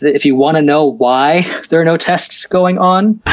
if you want to know why there are no tests going on,